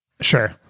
Sure